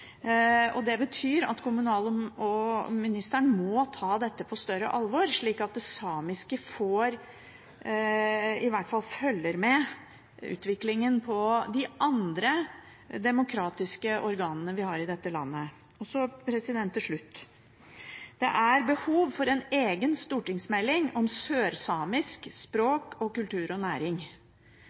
ansvaret. Det betyr at kommunal- og moderniseringsministeren må ta dette på større alvor, slik at det samiske i hvert fall følger med utviklingen i de andre demokratiske organene vi har i dette landet. Til slutt: Det er behov for en egen stortingsmelding om sørsamisk språk, kultur og næring.